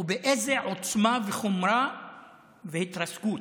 ובאיזו עוצמה וחומרה והתרסקות.